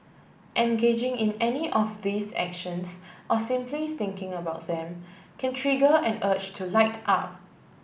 Engaging in any of these actions or simply thinking about them can trigger an urge to light up